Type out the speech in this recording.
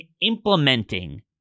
implementing